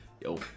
Yo